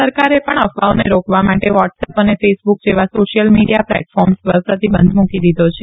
સરકારે પણ ૈ ફવાઓને રોકવા માલે વોૈસએપ ૈ ને ફેસબુક જેવા સોશિયલ મીડીયા પ્લે ફોર્મ્સ પર પ્રતિબંધ મુકી દીધો છે